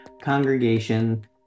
congregation